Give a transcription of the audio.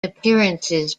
appearances